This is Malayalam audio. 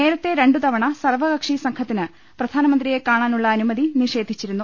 നേരത്തെ രണ്ടു തവണ സർവകക്ഷി സംഘത്തിന് പ്രധാനമ ന്ത്രിയെ കാണാനുളള അനുമതി നിഷേധിച്ചിരുന്നു